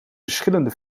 verschillende